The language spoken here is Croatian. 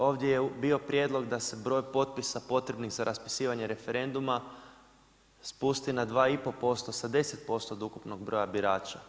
Ovdje je bio prijedlog da broj potpisa potrebnih za raspisivanje referenduma spusti na 2,5% sa 10% od ukupnog broja birača.